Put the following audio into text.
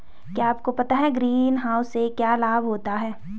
क्या आपको पता है ग्रीनहाउस से क्या लाभ होता है?